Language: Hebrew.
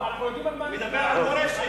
אנחנו יודעים על מה נבנה, מדבר על מורשת.